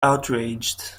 outraged